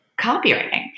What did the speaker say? copywriting